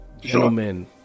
gentlemen